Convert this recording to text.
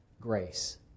grace